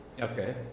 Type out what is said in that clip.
Okay